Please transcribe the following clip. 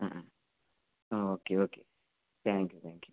ആ ആ okay okay thank you thank U